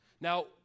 Now